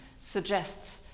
suggests